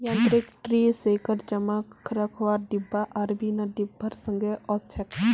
यांत्रिक tree shaker जमा रखवार डिब्बा आर बिना डिब्बार संगे ओसछेक